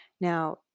Now